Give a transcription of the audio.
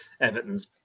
Everton's